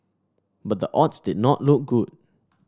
but the odds did not look good